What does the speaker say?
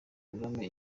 kagame